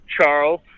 Charles